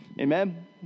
Amen